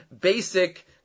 basic